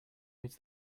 reads